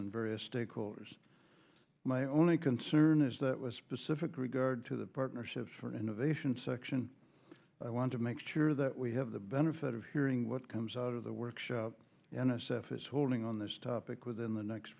and various stakeholders my only concern is that was specific regard to the partnership for an vision section i want to make sure that we have the benefit of hearing what comes out of the workshop n s f is holding on this topic within the next